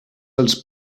els